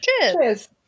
Cheers